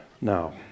Now